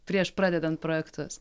prieš pradedant projektus